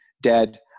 dead